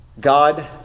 God